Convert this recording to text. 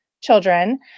children